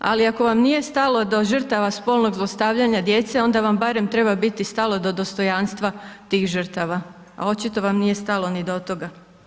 A ako vam nije stalo do žrtava spolnog zlostavljanja djece, onda vam barem treba biti stalo do dostojanstva tih žrtava a očito vam nije stalo ni do toga.